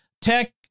Tech